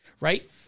right